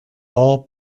all